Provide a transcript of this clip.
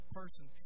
person